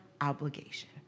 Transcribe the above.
obligation